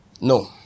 No